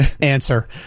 answer